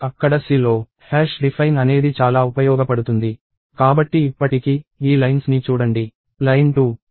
అక్కడ C లో define అనేది చాలా ఉపయోగపడుతుంది కాబట్టి ఇప్పటికి ఈ లైన్స్ ని చూడండి లైన్ 2 define N 6 ని సూచిస్తుంది